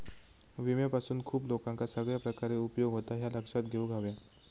विम्यापासून खूप लोकांका सगळ्या प्रकारे उपयोग होता, ह्या लक्षात घेऊक हव्या